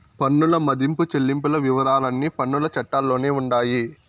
పన్నుల మదింపు చెల్లింపుల వివరాలన్నీ పన్నుల చట్టాల్లోనే ఉండాయి